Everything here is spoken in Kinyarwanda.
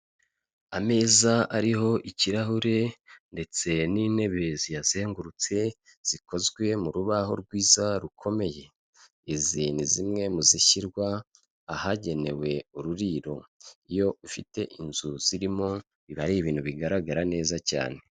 Ameza ariho ikirahure, ndetse n'intebe ziyazengurutse, zikozwe mu rubaho rwiza rukomeye. Izi ni zimwe mu zishyirwa, ahagenewe ururiro, iyo ufite inzu zirimo biba ari ibintu bigaragara neza cyane.